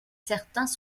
certains